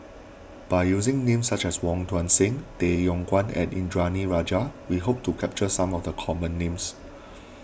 by using names such as Wong Tuang Seng Tay Yong Kwang and Indranee Rajah we hope to capture some of the common names